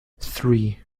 three